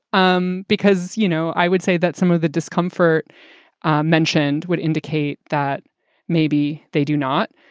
um because, you know, i would say that some of the discomfort mentioned would indicate that maybe they do not.